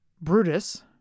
Brutus